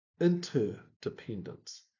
interdependence